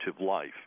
life